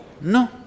No